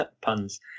puns